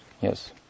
Yes